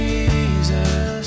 Jesus